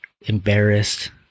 embarrassed